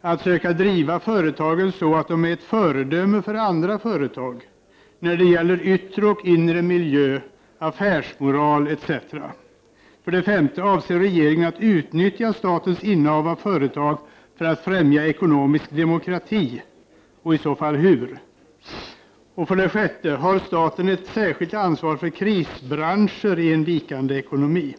att söka driva företagen så att de är ett föredöme för andra företag när det gäller yttre och inre miljö, affärsmoral, etc.? 5. Avser regeringen att utnyttja statens innehav av företag för att främja ekonomisk demokrati, och i så fall hur? 6. Har staten ett särskilt ansvar för krisbranscher i en vikande ekonomi?